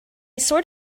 sort